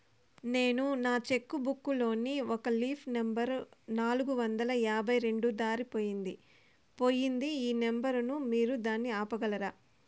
నేను నా cheque book లోని ఒక లీఫ్ నెంబర్ నాలుగు వందల యాభై రెండు దారిపొయింది పోయింది ఈ నెంబర్ ను మీరు దాన్ని ఆపగలరా?